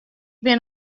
bin